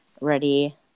ready